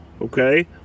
Okay